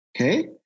Okay